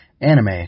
anime